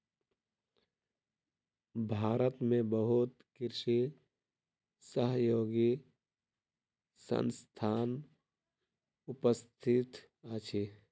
भारत में बहुत कृषि सहयोगी संस्थान उपस्थित अछि